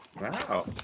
Wow